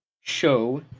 show